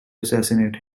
assassinate